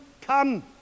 come